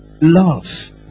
Love